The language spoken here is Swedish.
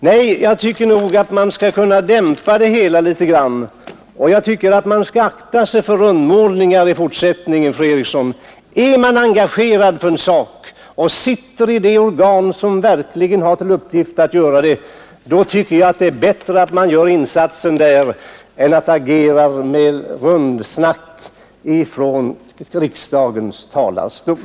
Nej, jag tycker att man bör dämpa det hela litet grand och att fru Eriksson bör akta sig för rundmålningar i fortsättningen. Är man engagerad för en sak och sitter med i det organ som verkligen har till uppgift att arbeta med frågorna, då tycker jag att det är bättre att göra insatsen där än att agera med rundsnack från riksdagens talarstol.